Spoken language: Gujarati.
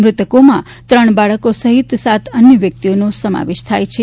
મૃતકોમાં ત્રણ બાળકો સહિત સાત અન્ય વ્યક્તિઓનો સમાવેશ થાય છે